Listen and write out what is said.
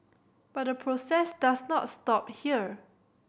but the process does not stop here